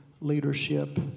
leadership